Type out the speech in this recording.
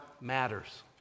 matters